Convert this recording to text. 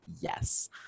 yes